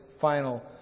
final